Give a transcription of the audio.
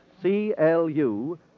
CLU